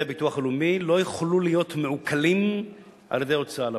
הביטוח הלאומי לא יוכלו להיות מעוקלים על-ידי ההוצאה לפועל.